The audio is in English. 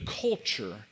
culture